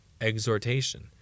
exhortation